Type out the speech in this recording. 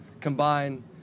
combine